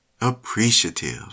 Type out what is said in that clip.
appreciative